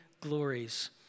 glories